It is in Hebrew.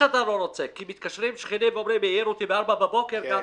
כי גם מתקשרים שכנים ומתלוננים שהעירו אותם בארבע בבוקר.